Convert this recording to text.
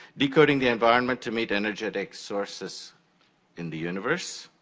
decoding the environment to meet energetic sources in the universe.